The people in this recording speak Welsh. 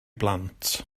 blant